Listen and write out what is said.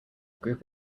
group